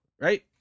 right